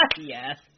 Yes